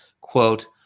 quote